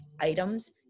items